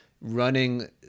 running